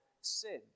sin